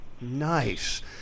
nice